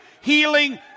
healing